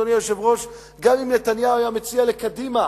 אדוני היושב-ראש: גם אם נתניהו היה מציע לקדימה